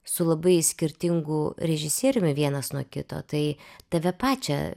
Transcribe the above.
su labai skirtingu režisieriumi vienas nuo kito tai tave pačią